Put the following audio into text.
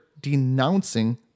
denouncing